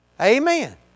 Amen